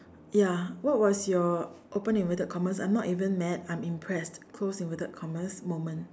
ya what was your open inverted commas I'm not even mad I'm impressed closed inverted commas moment